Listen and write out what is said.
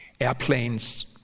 airplanes